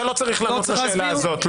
אתה לא צריך לענות לשאלה הזאת.